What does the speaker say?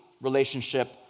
relationship